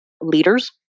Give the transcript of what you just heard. leaders